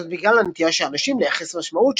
זאת בגלל הנטייה של אנשים לייחס משמעות,